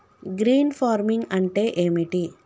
Green farming అంటే ఏమిటి?